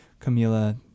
Camila